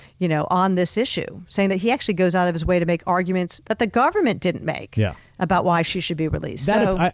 you know on this issue saying that he actually goes out of his way to make arguments that the government didn't make yeah about why she should be released. so